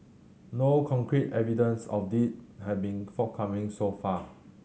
no concrete evidence of they has been forthcoming so far